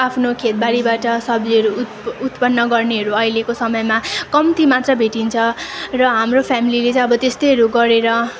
आफ्नो खेतबारीबाट सब्जीहरू उत् उत्पन्न गर्नेहरू अहिलेको समयमा कम्ती मात्र भेटिन्छ र हाम्रो फेमेलीले चाहिँ अब त्यस्तैहरू गरेर